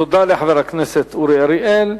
תודה לחבר הכנסת אורי אריאל.